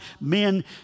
men